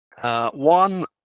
One